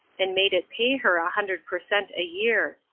and made it pay her a hundred per cent. a year.